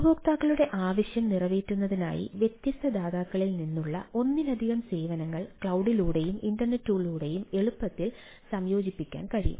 ഉപയോക്താക്കളുടെ ആവശ്യം നിറവേറ്റുന്നതിനായി വ്യത്യസ്ത ദാതാക്കളിൽ നിന്നുള്ള ഒന്നിലധികം സേവനങ്ങൾ ക്ലൌഡിലൂടെയും ഇന്റർനെറ്റിലൂടെയും എളുപ്പത്തിൽ സംയോജിപ്പിക്കാൻ കഴിയും